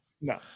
no